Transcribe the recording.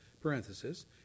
parenthesis